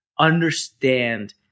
Understand